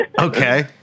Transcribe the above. Okay